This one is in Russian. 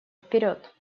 вперед